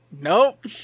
Nope